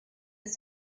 des